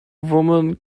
women